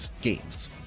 games